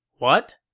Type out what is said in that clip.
what?